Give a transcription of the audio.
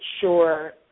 sure